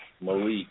Malik